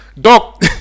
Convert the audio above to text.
doc